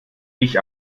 ich